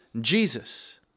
Jesus